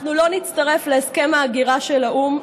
אנחנו לא נצטרף להסכם ההגירה של האו"ם.